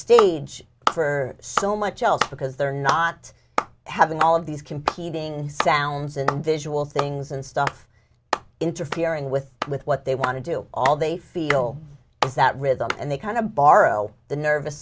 stage for so much else because they're not having all of these competing sounds and visual things and stuff interfering with with what they want to do all they feel is that rhythm and they kind of borrow the nervous